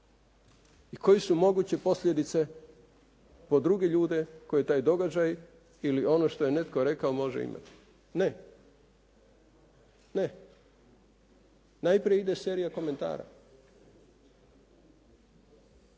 i koje su moguće posljedice po druge ljude koji taj događaj ili ono što je netko rekao, može imati. Ne. Najprije ide serija komentara.